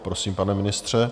Prosím, pane ministře.